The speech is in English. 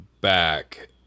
back